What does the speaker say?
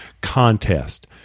Contest